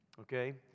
okay